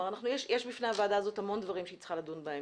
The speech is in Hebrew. יש בפני הוועדה הזאת המון דברים שהיא צריכה לדון בהם,